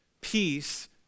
Peace